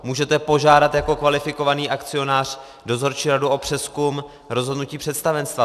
Můžete požádat jako kvalifikovaný akcionář dozorčí radu o přezkum rozhodnutí představenstva.